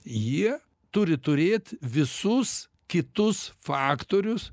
jie turi turėt visus kitus faktorius